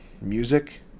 music